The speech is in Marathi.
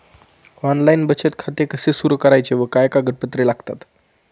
ऑनलाइन बचत खाते कसे सुरू करायचे व काय कागदपत्रे लागतात?